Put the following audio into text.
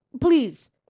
please